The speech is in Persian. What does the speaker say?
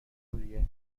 دیگه